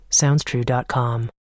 SoundsTrue.com